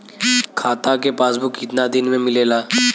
खाता के पासबुक कितना दिन में मिलेला?